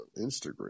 Instagram